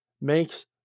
makes